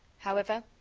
however,